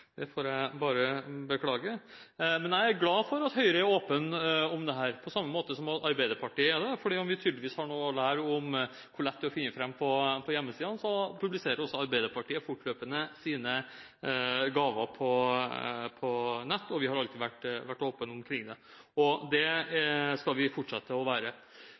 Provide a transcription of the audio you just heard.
Det får jeg bare beklage. Jeg er glad for at Høyre er åpen om dette, på samme måte som Arbeiderpartiet er det. Selv om vi tydeligvis har noe å lære om hvor lett det er å finne fram på hjemmesidene, så publiserer også Arbeiderpartiet fortløpende sine gaver på nett. Vi har alltid vært åpne omkring det, og det skal vi fortsette å være.